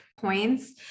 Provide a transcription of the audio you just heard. points